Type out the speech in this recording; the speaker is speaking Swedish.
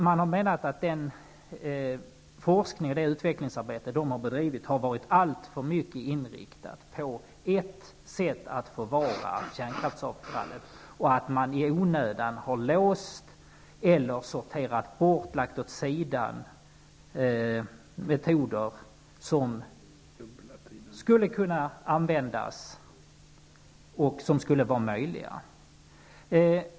Man har menat att den forskning och det utvecklingsarbete som SKAB har bedrivit har varit alltför mycket inriktat på ett sätt att bevara kärnkraftsavfallet och att metoder som skulle kunna användas i onödan har låsts, sorterats bort eller lagts åt sidan.